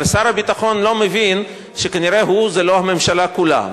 אבל שר הביטחון לא מבין כנראה שהוא זה לא הממשלה כולה.